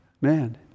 Man